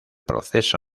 proceso